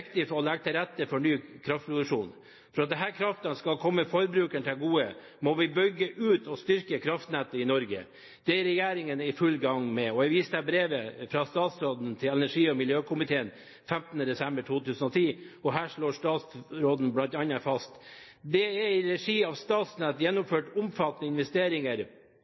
er viktig å legge til rette for ny kraftproduksjon. For at denne kraften skal komme forbrukerne til gode, må vi bygge ut og styrke kraftnettet i Norge. Det er regjeringen i full gang med. Jeg viser til brevet fra statsråden til energi- og miljøkomiteen, 15. desember 2010. Her slår statsråden bl.a. fast: «Det er i regi av Statnett gjennomført omfattende investeringer